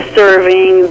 serving